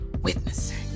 witnessing